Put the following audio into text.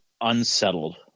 unsettled